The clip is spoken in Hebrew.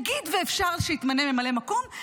נגיד שאפשר שיתמנה ממלא מקום,